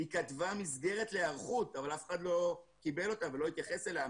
היא כתבה מסגרת להיערכות אבל אף אחד לא קיבל אותה ולא התייחס אליה.